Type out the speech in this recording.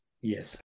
Yes